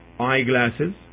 Eyeglasses